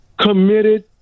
committed